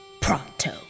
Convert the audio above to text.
Pronto